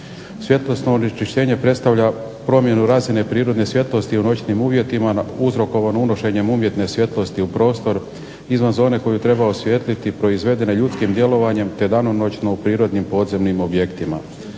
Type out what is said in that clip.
Svjetlosno onečišćenje predstavlja promjenu razine prirodne svjetlosti u noćnim uvjetima, uzrokovan unošenjem umjetne svjetlosti u prostor izvan zone koju treba osvijetliti proizvedene ljudskim djelovanjem, te danonoćno u prirodnim podzemnim objektima.